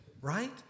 right